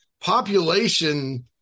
Population